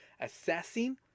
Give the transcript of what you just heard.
assessing